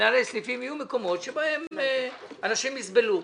יהיו מקומות שבהם אנשים יסבלו.